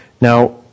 Now